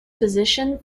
position